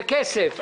זה כסף.